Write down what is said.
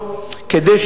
החלשות,